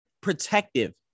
protective